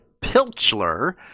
Pilchler